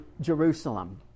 Jerusalem